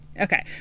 okay